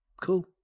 cool